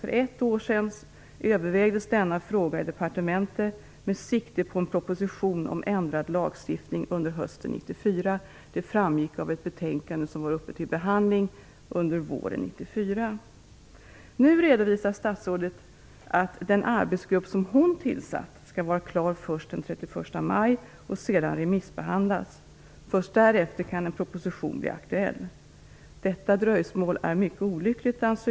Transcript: För ett år sedan övervägdes denna fråga i departementet med sikte på en proposition om ändrad lagstiftning under hösten 1994. Det framgick av ett betänkande som var upp till behandling under våren 1994. Nu redovisar statsrådet att den arbetsgrupp som hon tillsatt skall vara klar först den 31 maj och att dess resultat sedan skall remissbehandlas. Först därefter kan en proposition bli aktuell. Jag anser att detta dröjsmål är mycket olyckligt.